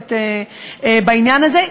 מצומצמת בעניין הזה,